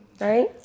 right